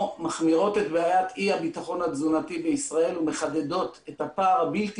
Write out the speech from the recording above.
מחמירות את בעיית אי הביטחון התזונתי בישראל ומחדדות את הפער הבלתי